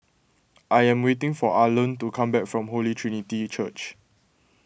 I am waiting for Arlen to come back from Holy Trinity Church